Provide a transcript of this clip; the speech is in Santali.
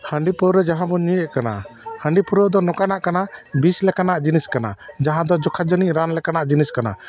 ᱦᱟᱺᱰᱤᱼᱯᱟᱹᱣᱨᱟᱹ ᱡᱟᱦᱟᱸ ᱵᱚᱱ ᱧᱩᱭᱮᱫ ᱠᱟᱱᱟ ᱦᱟᱺᱰᱤᱼᱯᱟᱹᱣᱨ ᱟᱹ ᱫᱚ ᱱᱚᱝᱠᱟᱱᱟᱜ ᱠᱟᱱᱟ ᱵᱤᱥ ᱞᱮᱠᱟᱱᱟᱜ ᱡᱤᱱᱤᱥ ᱠᱟᱱᱟ ᱡᱟᱦᱟᱸ ᱫᱚ ᱡᱚᱠᱷᱟ ᱡᱟᱱᱤ ᱨᱟᱱ ᱞᱮᱠᱟᱱᱟᱜ ᱡᱤᱱᱤᱥ ᱠᱟᱱᱟ